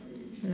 no